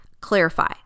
clarify